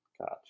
Gotcha